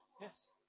Yes